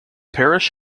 parish